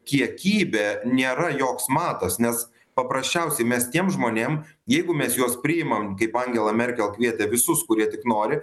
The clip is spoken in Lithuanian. kiekybė nėra joks matas nes paprasčiausiai mes tiem žmonėm jeigu mes juos priimam kaip angela merkel kvietė visus kurie tik nori